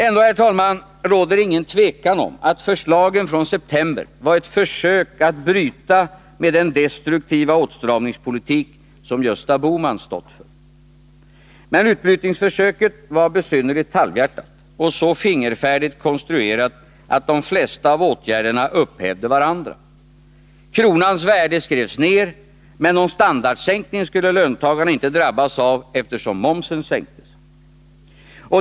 Ändå, herr talman, råder inget tvivel om att förslagen från september var ett försök att bryta med den destruktiva åtstramningspolitik som Gösta Bohman stått för. Men utbrytningsförsöket var besynnerligt halvhjärtat och så fingerfärdigt konstruerat, att de flesta av åtgärderna upphävde varandra. Kronans värde skrevs ner — men någon standardsänkning skulle löntagarna inte drabbas av eftersom momsen sänktes.